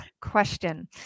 question